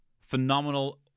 phenomenal